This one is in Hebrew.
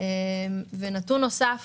נתון נוסף